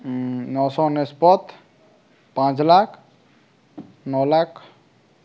ନଅଶହ ଅନେଶତ ପାଞ୍ଚ ଲକ୍ଷ ନଅ ଲକ୍ଷ